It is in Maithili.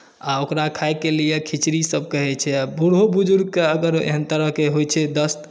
आ ओकरा खाइके लिये खिचड़ीसभ कहैत छै आ बूढ़ो बुजुर्गकेँ अगर एहन तरहके होइत छै दस्त